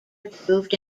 approved